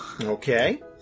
Okay